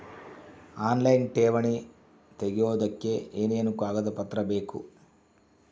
Online ಠೇವಣಿ ತೆಗಿಯೋದಕ್ಕೆ ಏನೇನು ಕಾಗದಪತ್ರ ಬೇಕು?